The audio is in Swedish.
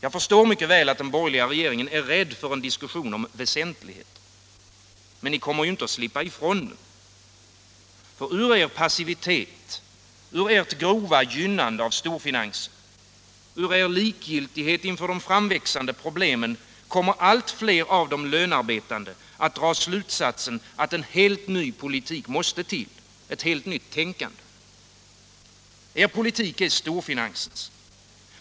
Jag förstår mycket väl att den borgerliga regeringen är rädd för en diskussion om väsentligheter. Men ni kommer inte att slippa ifrån den. Ur er passivitet, ur ert grova gynnande av storfinansen, ur er likgiltighet inför de framväxande problemen kommer allt fler av de lönarbetande att dra slutsatsen att en helt ny politik måste till, ett helt nytt tänkande. Er politik är storfinansens.